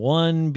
one